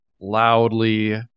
loudly